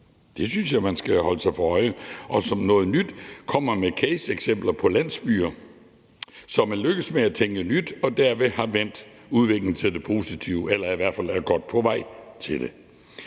det synes jeg man skal holde sig for øje – og som noget nyt kommer med caseeksempler på landsbyer, som er lykkedes med at tænke nyt og derved har vendt udviklingen til det positive eller i hvert fald er godt på vej til det.